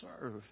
serve